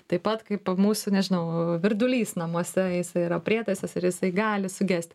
taip pat kaip mūsų nežinau virdulys namuose jisai yra prietaisas ir jisai gali sugesti